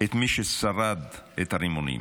את מי ששרד את הרימונים.